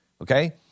Okay